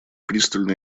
пристально